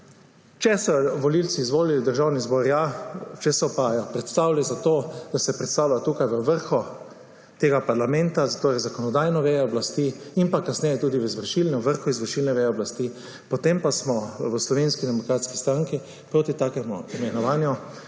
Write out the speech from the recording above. Če so jo volivci izvolili v Državni zbor, ja, če so jo pa predstavili za to, da se predstavlja v vrhu tega parlamenta, torej zakonodajne veje oblasti in kasneje tudi v vrhu izvršilne veje oblasti, potem pa smo v Slovenski demokratski stranki proti takemu imenovanju.